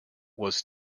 was